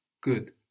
Good